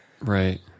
Right